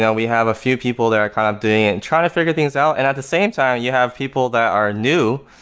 and we have a few people that are kind of doing it and trying to figure things out and at the same time, you have people that are new.